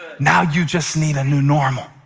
now you just need a new normal.